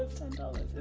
ten dollars.